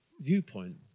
viewpoint